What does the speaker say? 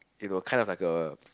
you know kind of like a